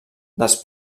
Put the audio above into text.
dels